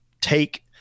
take